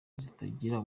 zitagira